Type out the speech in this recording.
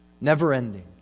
never-ending